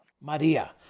Maria